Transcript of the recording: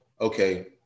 okay